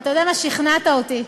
ואתה יודע מה, שכנעת אותי,